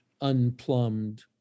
unplumbed